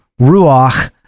ruach